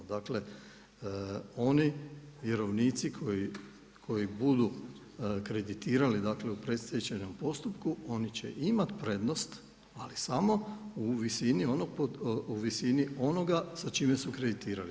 Dakle, oni vjerovnici koji budu kreditirali u predstečajnom postupku, oni će imati prednost ali samo u visini onog sa čime su kreditirali.